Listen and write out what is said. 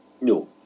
No